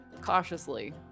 cautiously